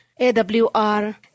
AWR